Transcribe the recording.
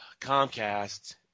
Comcast